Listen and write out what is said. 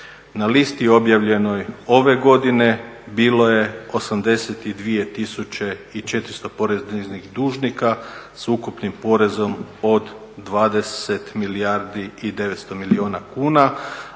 Na listi objavljenoj ove godine bilo je 82 tisuće i 400 poreznih dužnika sa ukupnim porezom od 20 milijardi i 900 milijuna kuna